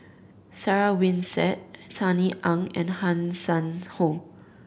Sarah Winstedt Sunny Ang and Hanson Ho